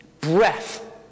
breath